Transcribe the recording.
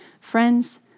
Friends